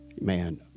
man